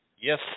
Yes